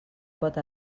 pot